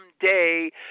someday